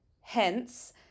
Hence